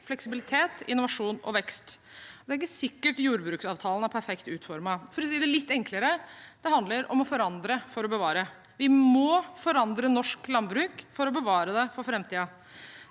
fleksibilitet, innovasjon og vekst. Det er ikke sikkert jordbruksavtalen er perfekt utformet. For å si det litt enklere: Det handler om å forandre for å bevare. Vi må forandre norsk landbruk for å bevare det for framtiden.